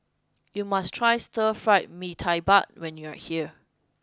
you must try stir fried mee tai mak when you are here